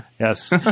Yes